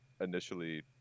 initially